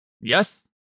Yes